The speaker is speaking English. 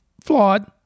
Flawed